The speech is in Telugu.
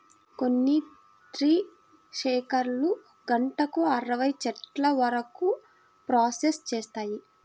కొన్ని ట్రీ షేకర్లు గంటకు అరవై చెట్ల వరకు ప్రాసెస్ చేస్తాయి